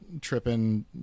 tripping